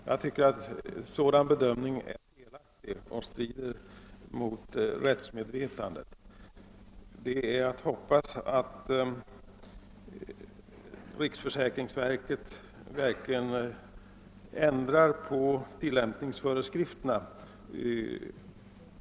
Jag tycker att en sådan bedömning av ersättningsfrågan är felaktig och strider mot rättsmedvetandet. Det är att hoppas att riksförsäkringsverket verkligen ändrar på tillämpningsföreskrifterna.